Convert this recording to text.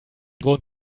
grund